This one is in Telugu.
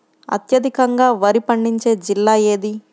అత్యధికంగా వరి పండించే జిల్లా ఏది?